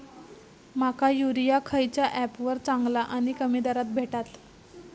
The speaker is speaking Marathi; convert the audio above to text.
माका युरिया खयच्या ऍपवर चांगला आणि कमी दरात भेटात?